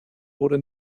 wurde